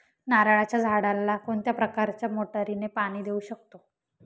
नारळाच्या झाडाला कोणत्या प्रकारच्या मोटारीने पाणी देऊ?